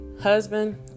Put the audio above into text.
husband